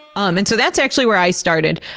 um and so that's actually where i started.